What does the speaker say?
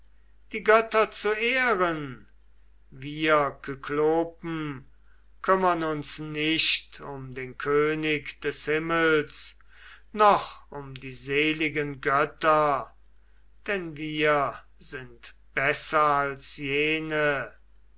die götter zu ehren wir kyklopen kümmern uns nicht um den könig des himmels noch um die seligen götter denn wir sind besser als jene